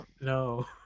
No